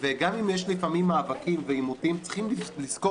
וגם אם יש לפעמים מאבקים ועימותים צריכים לזכור